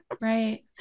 Right